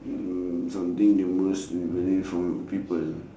mm something you most from people